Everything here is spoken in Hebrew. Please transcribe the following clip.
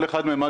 כל אחד מהם,